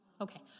Okay